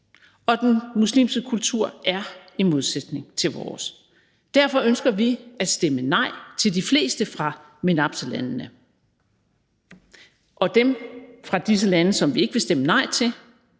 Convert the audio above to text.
og den muslimske kultur er i modsætning til vores. Derfor ønsker vi at stemme nej til de fleste fra MENAPT-landene, og dem fra disse lande, som vi ikke vil stemme nej til,